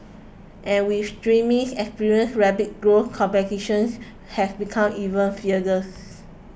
and with streaming experience rapid growth competitions has become even fiercer